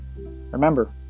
remember